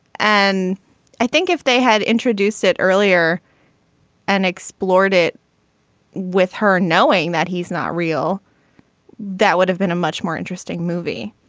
and i think if they had introduced it earlier and explored it with her knowing that he's not real that would have been a much more interesting movie.